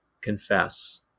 confess